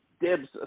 dibs